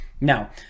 Now